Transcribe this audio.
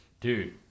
dude